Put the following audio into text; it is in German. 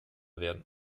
werden